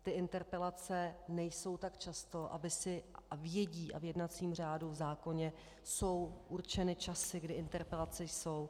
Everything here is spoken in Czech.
Ty interpelace nejsou tak často, a vědí a v jednacím řádu, v zákoně jsou určeny časy, kdy interpelace jsou.